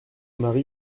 mari